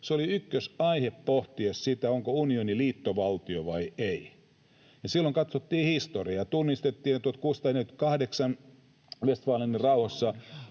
oli ykkösaihe pohtia sitä, onko unioni liittovaltio vai ei. Silloin katsottiin historiaa, tunnistettiin, että 1648 Westfalenin rauhassa